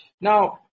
Now